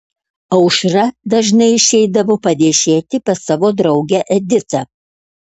aušra dažnai išeidavo paviešėti pas savo draugę editą